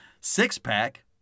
Six-pack